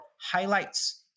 highlights